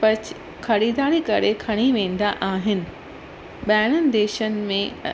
perch ख़रीददारी करे खणी वेंदा आहिनि ॿाहिरनि देशनि में